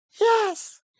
Yes